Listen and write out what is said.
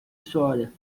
história